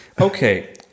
Okay